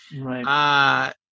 Right